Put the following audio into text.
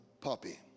puppy